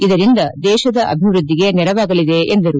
ಇದರಿಂದ ದೇಶದ ಅಭಿವೃದ್ಧಿಗೆ ನೆರವಾಗಲಿದೆ ಎಂದರು